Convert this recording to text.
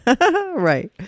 Right